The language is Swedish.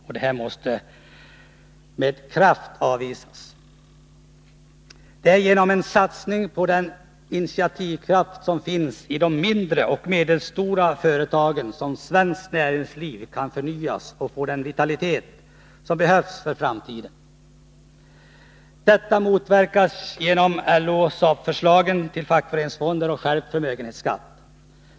Detta förslag måste med kraft avvisas. Det är genom en satsning på den initiativkraft som finns i de mindre och medelstora företagen som svenskt näringsliv kan förnyas och få den vitalitet som behövs för framtiden. Detta motverkas genom LO-SAP-förslagen till fackföreningsfonder och skärpt förmögenhetsskatt.